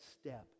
step